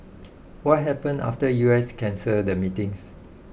what happened after US cancelled the meetings